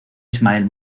ismael